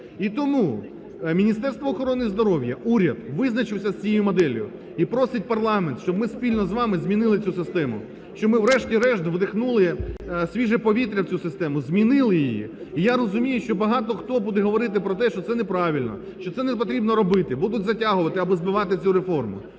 І тому Міністерство охорони здоров'я, уряд визначився з цією моделлю і просить парламент, щоб ми спільно з вами змінили цю систему, щоб ми врешті-решт вдихнули свіже повітря в цю систему, змінили її. І я розумію, що багато хто буде говорити про те, що це неправильно, що це не потрібно робити, будуть затягувати або збивати цю реформу.